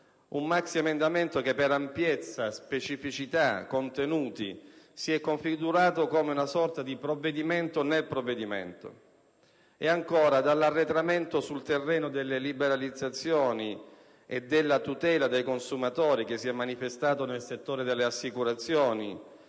un maxiemendamento che, per ampiezza, specificità e contenuti si è configurato come una sorta di provvedimento nel provvedimento; e ancora, all'arretramento sul terreno delle liberalizzazioni e della tutela dei consumatori, che si è manifestato nel settore delle assicurazioni,